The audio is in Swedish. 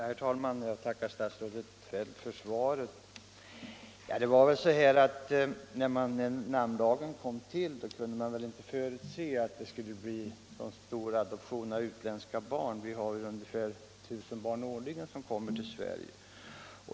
Herr talman! Jag tackar statsrådet Feldt för svaret. När namnlagen kom till, kunde man väl inte förutse att det skulle bli så stor adoption av utländska barn. Det kommer ungefär 1 000 barn årligen till Sverige.